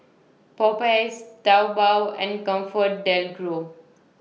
Popeyes Taobao and ComfortDelGro